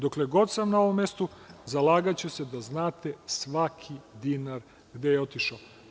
Dokle god sam na ovom mestu zalagaću se da znate svaki dinar gde je otišao.